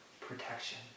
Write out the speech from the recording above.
protection